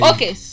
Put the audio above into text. Okay